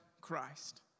Christ